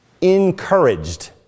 encouraged